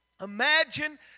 imagine